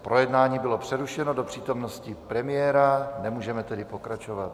Projednávání bylo přerušeno do přítomnosti premiéra, nemůžeme tedy pokračovat.